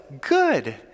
good